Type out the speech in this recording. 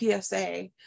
PSA